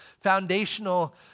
foundational